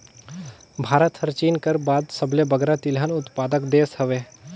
भारत हर चीन कर बाद सबले बगरा तिलहन उत्पादक देस हवे